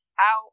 out